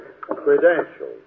credentials